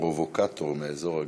פרובוקטור מאזור רגיש.